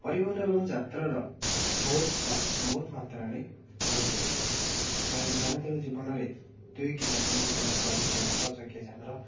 ପରିବହନ ଏବଂ ଯାତ୍ରାର ବହୁତ ତା ବହୁତ ମାତ୍ରାରେ ବଢ଼ିଚଲିଛି ଯାହାକି ଦୈନନ୍ଦିନ ଜୀବନରେ ଦୁଇ କିମ୍ବା ତିନି କିମ୍ବା ଚାରି କିମ୍ବା ଛଅ ଚକିଆଜାନର